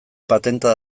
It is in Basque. patenta